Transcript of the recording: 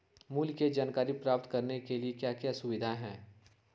मूल्य के जानकारी प्राप्त करने के लिए क्या क्या सुविधाएं है?